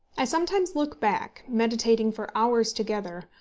i sometimes look back, meditating for hours together,